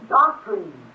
doctrine